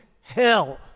hell